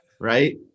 right